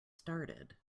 started